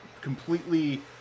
completely